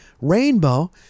Rainbow